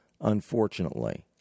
unfortunately